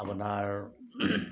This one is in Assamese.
আপোনাৰ